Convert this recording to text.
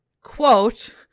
quote